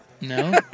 No